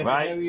Right